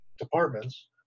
departments